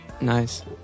Nice